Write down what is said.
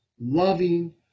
loving